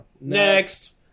next